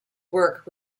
work